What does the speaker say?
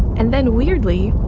and then, weirdly,